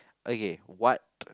okay what